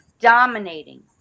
dominating